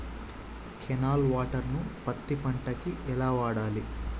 Canal water ను పత్తి పంట కి ఎలా వాడాలి?